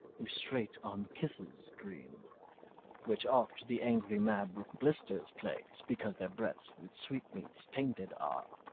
who straight on kisses dream which oft the angry mab with blisters plagues, because their breaths with sweetmeats tainted are